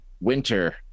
Winter